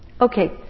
Okay